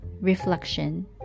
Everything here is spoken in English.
reflection